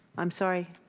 i'm sorry,